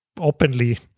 openly